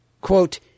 Quote